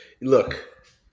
Look